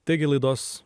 taigi laidos